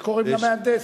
איך קוראים למהנדס?